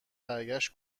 برگشت